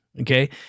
Okay